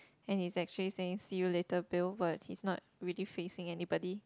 and he's actually saying see you later Bill but he's not really facing anybody